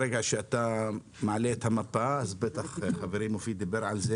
ברגע שאתה מעלה את המפה בטח חברי מופיד דיבר על זה